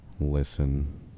listen